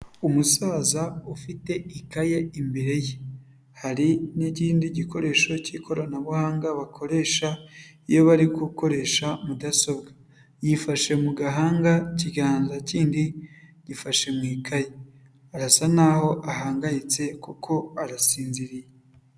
Umusaza ufite ikayi imbere ye, hari n'ikindi gikoresho cy'ikoranabuhanga bakoresha iyo bari gukoresha mudasobwa, yifashe mu gahanga, ikiganza kindi gifashe mu ikaye, arasa naho ahangayitse kuko arasinziriye.